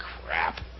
crap